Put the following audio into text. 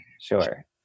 Sure